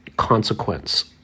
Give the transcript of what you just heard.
consequence